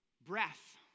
Breath